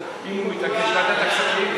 אם הוא מתעקש על ועדת הכספים,